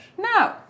No